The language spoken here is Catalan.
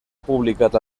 publicat